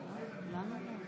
אמיר אוחנה,